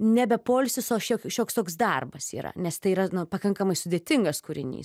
nebe poilsis o šiok šioks toks darbas yra nes tai yra pakankamai sudėtingas kūrinys